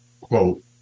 quote